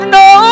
no